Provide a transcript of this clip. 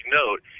note